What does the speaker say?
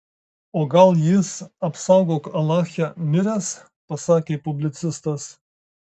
o gal jis apsaugok alache miręs pasakė publicistas